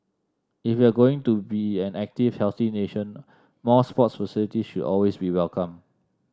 if we're going to be an active healthy nation more sports facilities should always be welcome